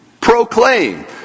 proclaim